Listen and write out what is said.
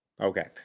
Okay